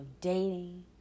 dating